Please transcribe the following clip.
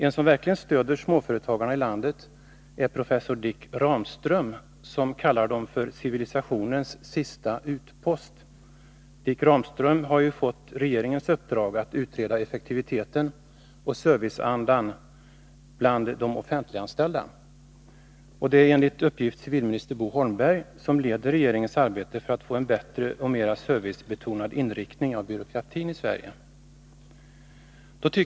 En som verkligen stöder småföretagarna i landet är professor Dick Ramström, som kallar dem civilisationens sista utpost. Dick Ramström har fått regeringens uppdrag att utreda effektiviteten och serviceandan bland de offentliganställda, och det är enligt uppgift civilminister Bo Holmberg som leder regeringens arbete för att få en bättre och mer servicebetonad inriktning av byråkratin i Sverige.